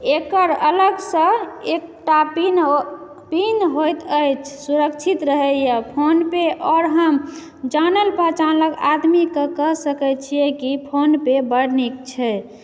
एकर अलगसँ एकटा pin pin होइत अछि सुरक्षित रहैए फोनपे आओर हम जानल पहचानल आदमीके कह सकै छियै की फोनपे बड्ड नीक छै